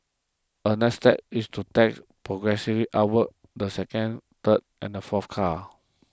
a next step is to tax progressively upwards the second third and the fourth car